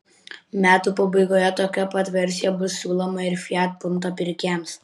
metų pabaigoje tokia pat versija bus siūloma ir fiat punto pirkėjams